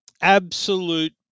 absolute